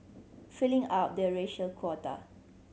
filling up the racial quota